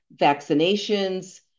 vaccinations